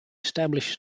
established